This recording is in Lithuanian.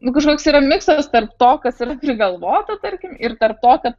nu kažkoks yra miksas tarp to kas yra prigalvota tarkim ir tarp to kad